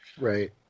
right